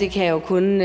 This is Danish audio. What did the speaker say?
Det kan jeg jo kun